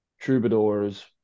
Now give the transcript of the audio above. troubadours